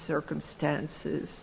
circumstances